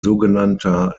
sogenannter